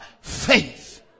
faith